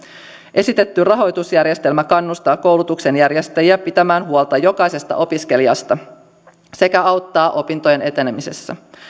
esitetty rahoitusjärjestelmä kannustaa koulutuksen järjestäjiä pitämään huolta jokaisesta opiskelijasta sekä auttaa opintojen etenemisessä